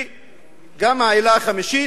גם העילה החמישית,